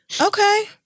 Okay